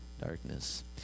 Darkness